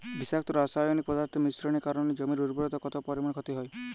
বিষাক্ত রাসায়নিক পদার্থের মিশ্রণের কারণে জমির উর্বরতা কত পরিমাণ ক্ষতি হয়?